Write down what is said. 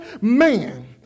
man